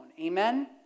Amen